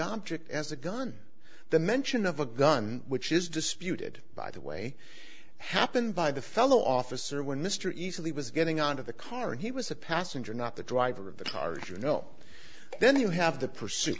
object as a gun the mention of a gun which is disputed by the way happened by the fellow officer when mr easily was getting out of the car he was a passenger not the driver of the charge you know then you have the pursuit